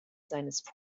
seines